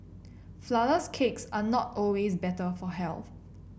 flourless cakes are not always better for health